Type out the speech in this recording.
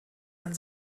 man